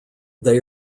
they